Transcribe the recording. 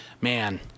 man